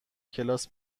کلاس